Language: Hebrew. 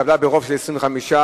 התקבלה ברוב של 25,